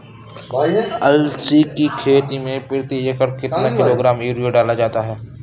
अलसी की खेती में प्रति एकड़ कितना किलोग्राम यूरिया डाला जाता है?